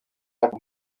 acto